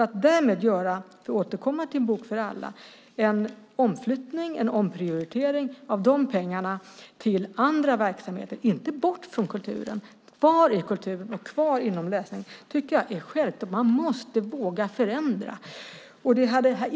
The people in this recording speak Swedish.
Att därmed göra en omflyttning, för att återkomma till En bok för alla, och en omprioritering av de pengarna till andra verksamheter, inte bort från kulturen utan kvar i kulturen och inom läsning, tycker jag är skäligt. Man måste våga förändra.